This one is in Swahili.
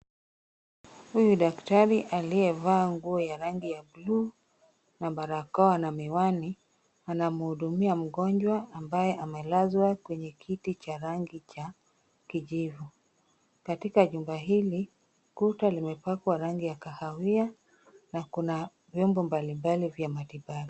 Huyu daktari aliyevaa nguo ya rangi ya buluu na barakoa na miwani anamhudumia mgonjwa ambaye amelazwa kwenye kiti cha rangi cha kijivu. Katika chumba hili ,kuta limepakwa rangi la kahawia na kuna vyombo mbalimbali vya matibabu.